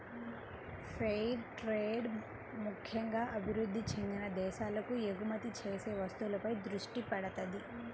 fair trade ముక్కెంగా అభివృద్ధి చెందిన దేశాలకు ఎగుమతి చేసే వస్తువులపై దృష్టి పెడతది